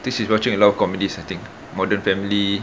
this is watching a lot of comedies I think setting modern family